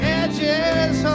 edges